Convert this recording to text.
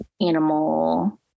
animal